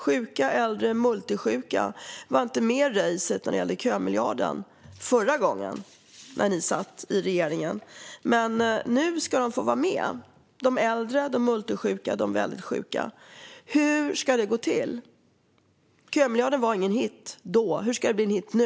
Sjuka, äldre och multisjuka var inte med i racet när det gäller kömiljarden förra gången ni satt i regeringen, men nu ska de äldre, de multisjuka och de väldigt sjuka få vara med. Hur ska det gå till? Kömiljarden var ingen hit då - hur ska det bli en hit nu?